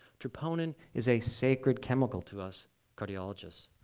troponin is a sacred chemical to us cardiologists.